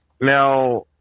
Now